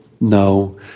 no